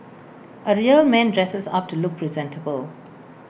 A real man dresses up to look presentable